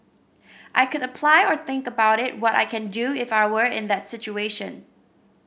I could apply or think about what I can do if I were in that situation